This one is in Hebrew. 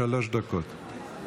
שלוש דקות.